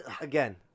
Again